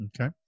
Okay